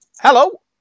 Hello